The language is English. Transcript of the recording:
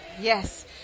Yes